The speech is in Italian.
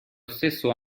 stesso